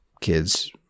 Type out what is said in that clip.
kids